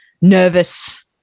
nervous